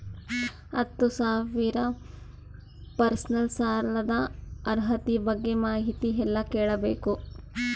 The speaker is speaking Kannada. ಹತ್ತು ಸಾವಿರ ಪರ್ಸನಲ್ ಸಾಲದ ಅರ್ಹತಿ ಬಗ್ಗೆ ಮಾಹಿತಿ ಎಲ್ಲ ಕೇಳಬೇಕು?